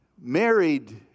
married